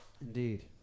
Indeed